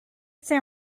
san